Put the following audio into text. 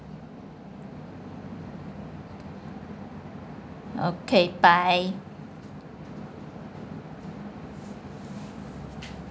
okay bye